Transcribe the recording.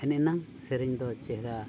ᱮᱱᱮ ᱮᱱᱟᱝ ᱥᱮᱨᱮᱧ ᱫᱚ ᱪᱮᱦᱨᱟ